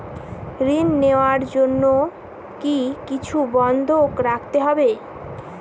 ঋণ নেওয়ার জন্য কি কিছু বন্ধক রাখতে হবে?